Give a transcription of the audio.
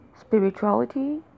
spirituality